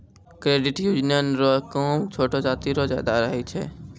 credit union रो काम छोटो जाति रो ज्यादा रहै छै